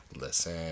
listen